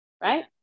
right